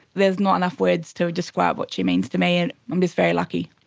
there's not enough words to describe what she means to me and i'm just very lucky.